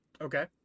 Okay